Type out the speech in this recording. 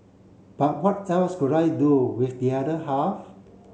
but what else could I do with the other half